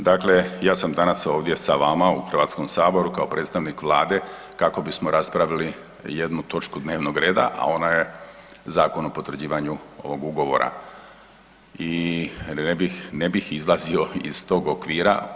Dakle ja sam danas ovdje sa vama u HS-u kao predstavnik Vlade kako bismo raspravili jednu točku dnevnog reda, a ona je zakon o potvrđivanju ovog Ugovora i ne bih izlazio iz tog okvira.